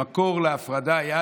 המקור להפרדה היה,